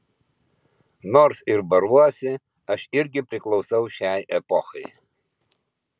nors ir baruosi aš irgi priklausau šiai epochai